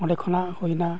ᱚᱸᱰᱮ ᱠᱷᱚᱱᱟᱜ ᱦᱩᱭᱮᱱᱟ